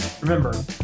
remember